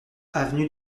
avenue